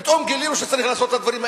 פתאום גילינו שצריך לעשות את הדברים האלה.